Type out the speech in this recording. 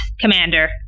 Commander